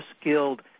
skilled